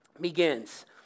begins